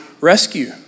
rescue